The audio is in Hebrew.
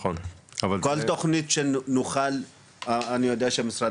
נבחן מהם הכלים המתאימים והראויים להתפתחות בריאה שעלינו כחברה